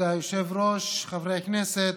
כבוד היושב-ראש, חברי הכנסת,